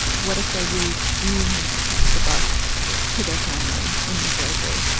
what if they really do need to catch the bus right to their family in new jersey?